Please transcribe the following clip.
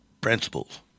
principles